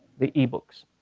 the e-books.